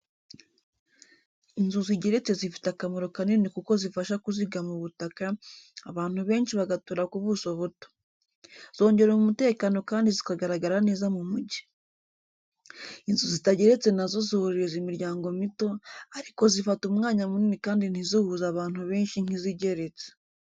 Inzu zigeretse zifite akamaro kanini kuko zifasha kuzigama ubutaka, abantu benshi bagatura ku buso buto. Zongera umutekano kandi zikagaragara neza mu mujyi. Inzu zitageretse na zo zorohereza imiryango mito, ariko zifata umwanya munini kandi ntizihuze abantu benshi nk’izigeretse.